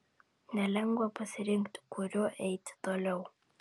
nelengva pasirinkti kuriuo eiti toliau